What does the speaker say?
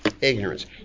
Ignorance